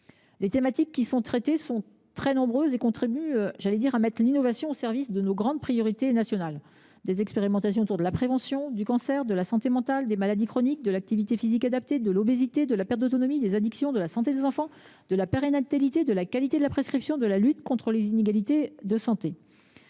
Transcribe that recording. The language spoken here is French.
Les thématiques traitées sont très nombreuses et contribuent à mettre l’innovation au service de nos grandes priorités nationales. Les expérimentations concernent la prévention, le cancer, la santé mentale, les maladies chroniques, l’activité physique adaptée, l’obésité, la perte d’autonomie, les addictions, la santé des enfants, la périnatalité, la qualité de la prescription et la lutte contre les inégalités de santé.